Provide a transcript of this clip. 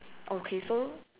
okay so